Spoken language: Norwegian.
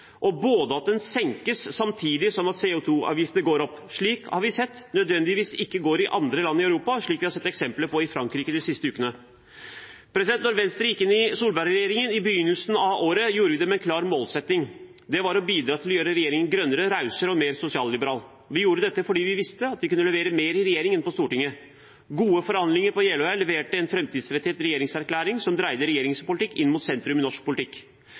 og at den senkes samtidig som CO 2 -avgiftene går opp. Slikt har vi sett ikke nødvendigvis går i andre land i Europa, slik vi har sett eksempler på i Frankrike de siste ukene. Da Venstre gikk inn i Solberg-regjeringen i begynnelsen av året, gjorde vi det med en klar målsetting. Det var å bidra til å gjøre regjeringen grønnere, rausere og mer sosialliberal. Vi gjorde dette fordi vi visste at vi kunne levere mer i regjering enn på Stortinget. Gode forhandlinger på Jeløya leverte en framtidsrettet regjeringserklæring som dreide regjeringens politikk inn mot sentrum i norsk politikk.